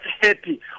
happy